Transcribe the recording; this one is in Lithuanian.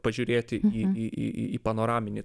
pažiūrėti į į į į panoraminį